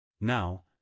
Now